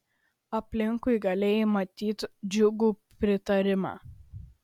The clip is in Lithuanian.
aplinkui galėjai matyt džiugų pritarimą